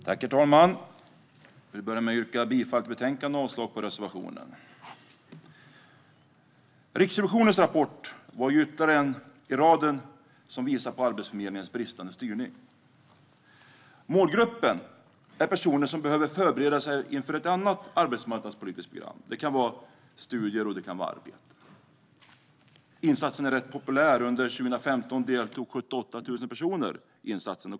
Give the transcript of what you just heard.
Herr talman! Jag vill börja med att yrka bifall till utskottets förslag och avslag på reservationen. Riksrevisionens rapport är ytterligare en i raden som visar på Arbetsförmedlingens bristande styrning. Målgruppen är personer som behöver förbereda sig inför ett annat arbetsmarknadspolitiskt program. Det kan vara studier eller arbete. Insatsen är rätt populär; under 2015 deltog 78 000 personer.